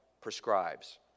prescribes